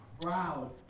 proud